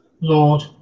Lord